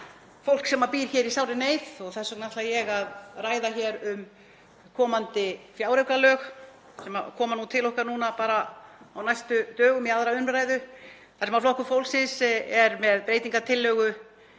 fólk sem býr hér í sárri neyð. Þess vegna ætla ég að ræða hér um komandi fjáraukalög, sem koma til okkar núna á næstu dögum til 2. umræðu, þar sem Flokkur fólksins er með breytingartillögu